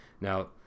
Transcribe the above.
Now